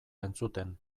entzuten